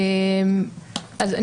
בבקשה.